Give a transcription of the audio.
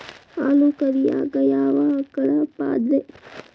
ಹಾಲು ಕರಿಯಾಕ ಯಾವ ಆಕಳ ಪಾಡ್ರೇ?